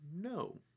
no